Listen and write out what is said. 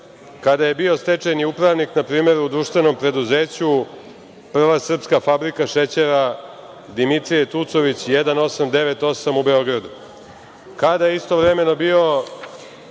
kada je bio stečajni upravnik npr. u društvenom preduzeću, Prva srpska fabrika šećera „Dimitrije Tucović 1898“ u Beogradu? Kada je istovremeno bio